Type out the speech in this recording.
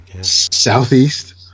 southeast